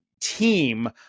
team